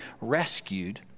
rescued